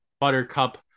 Buttercup